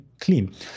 clean